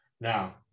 Now